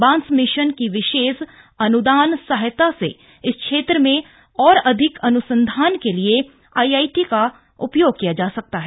बांस मिशन की विशेष अन्दान सहायता से इस क्षेत्र में और अधिक अन्संधान के लिए आईआईटी का उपयोग किया जा सकता है